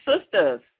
Sisters